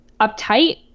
uptight